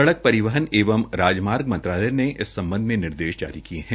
सड़क परिवहन एवं राजमार्ग मंत्रालय ने इस सबम्ध में निर्देश जारी किये है